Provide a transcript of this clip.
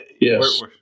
yes